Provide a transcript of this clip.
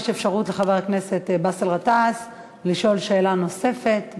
יש אפשרות לחבר הכנסת באסל גטאס לשאול שאלה נוספת,